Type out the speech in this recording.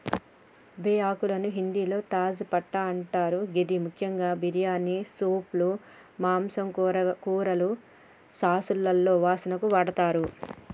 బేఆకులను హిందిలో తేజ్ పట్టా అంటరు గిది ముఖ్యంగా బిర్యానీ, సూప్లు, మాంసం, కూరలు, సాస్లలో వాసనకు వాడతరు